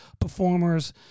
performers